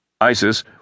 ISIS